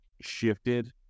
shifted